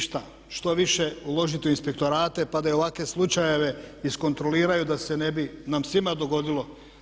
Što više uložiti u inspektorate pa da ovakve slučajeve iskontroliraju da se ne bi nam svima dogodilo.